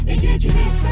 Indigenous